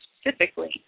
specifically